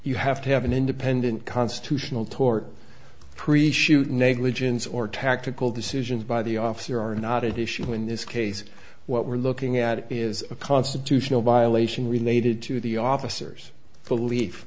you have to have an independent constitutional tort preach shooting negligence or tactical decisions by the officer are not at issue in this case what we're looking at is a constitutional violation related to the officers belief